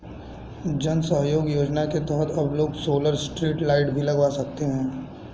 जन सहयोग योजना के तहत अब लोग सोलर स्ट्रीट लाइट भी लगवा सकते हैं